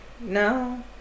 no